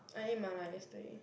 I ate Mala yesterday